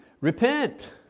repent